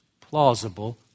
plausible